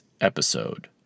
episode